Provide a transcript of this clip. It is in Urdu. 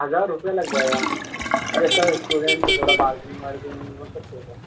ہزار روپیہ لگ جائے گا ارے سر اسٹوڈنٹس ہیں تھوڑا بارگیننگ وارگیننگ ہو سکتی ہے کیا